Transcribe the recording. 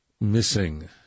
missing